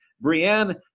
Brienne